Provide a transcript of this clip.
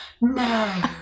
no